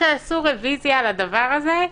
כשעשו רוויזיה על הדבר הזה,